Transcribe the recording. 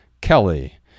Kelly